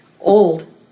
old